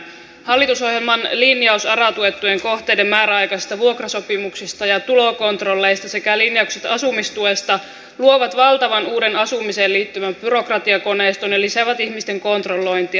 hallitusohjelman linjaus ara tuettujen kohteiden määräaikaisista vuokrasopimuksista ja tulokontrolleista sekä linjaukset asumistuesta luovat valtavan uuden asumiseen liittyvän byrokratiakoneiston ja lisäävät ihmisten kontrollointia